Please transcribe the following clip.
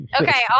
okay